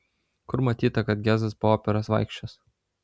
kur matyta kad gezas po operas vaikščios